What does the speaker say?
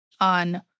on